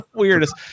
weirdest